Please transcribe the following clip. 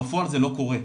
בפועל זה לא קורה,